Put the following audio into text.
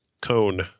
Cone